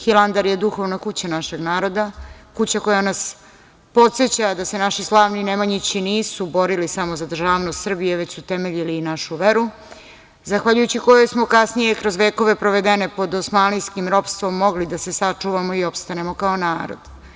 Hilandar je duhovna kuća našeg naroda, kuća koja nas podseća da se naši slavni Nemanjići nisu borili samo za državnost Srbije, već su temeljili našu veru, zahvaljujući kojom smo kasnije kroz vekove provedene pod osmanlijskim ropstvom mogli da se sačuvamo i opstanemo kao narod.